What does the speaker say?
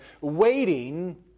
waiting